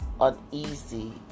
uneasy